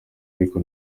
ariko